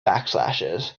backslashes